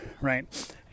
right